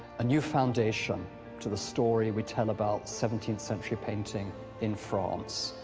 a new foundation to the story we tell about seventeenth century painting in france.